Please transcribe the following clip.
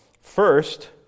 First